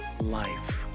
life